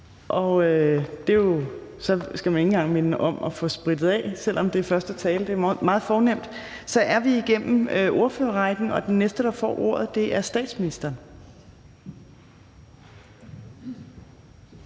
Og så skal man ikke engang minde om at spritte af, selv om det er ordførerens første tale. Det er meget fornemt. Så er vi igennem ordførerrækken, og den næste, der får ordet, er statsministeren.